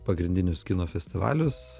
pagrindinius kino festivalius